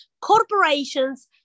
corporations